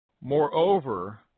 Moreover